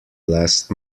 last